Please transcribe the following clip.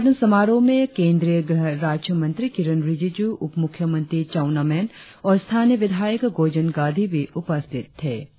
उद्घाटन समारोह में केंद्रीय गृह राज्य मंत्री किरेन रिजिजू उप मुख्यमंत्री चाउना मैन और स्थानीय विधायक गोजेन गादी भी उपस्थित थे